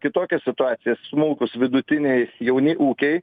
kitokią situaciją smulkūs vidutiniai jauni ūkiai